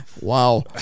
Wow